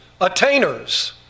attainers